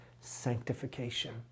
sanctification